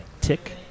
tick